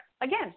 Again